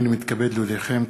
הנני מתכבד להודיעכם,